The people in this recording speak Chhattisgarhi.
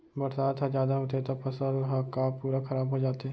बरसात ह जादा होथे त फसल ह का पूरा खराब हो जाथे का?